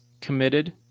committed